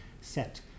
set